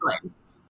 place